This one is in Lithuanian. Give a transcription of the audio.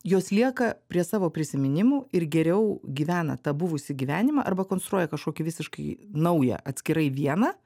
jos lieka prie savo prisiminimų ir geriau gyvena tą buvusį gyvenimą arba konstruoja kažkokį visiškai naują atskirai vieną